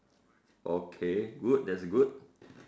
okay good that's good